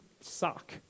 suck